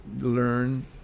learn